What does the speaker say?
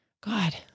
God